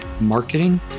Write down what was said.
marketing